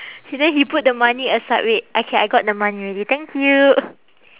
then he put the money aside wait okay I got the money already thank you